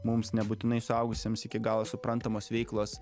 mums nebūtinai suaugusiems iki galo suprantamos veiklos